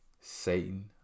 Satan